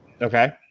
Okay